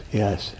yes